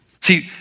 See